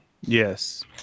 Yes